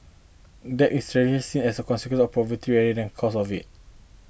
debt is traditionally seen as a consequence of poverty rather than a cause of it